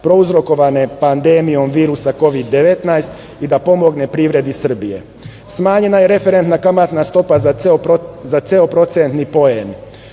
prouzrokovane pandemijom virusa kovid 19 i da pomogne privredi Srbije, smanjena je referentna kamatna stopa za ceo procenti poen,